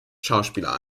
schauspieler